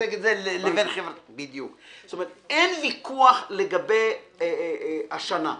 אין ויכוח לגבי השנה.